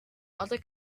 other